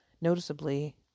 noticeably